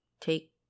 take